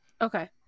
Okay